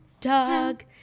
dog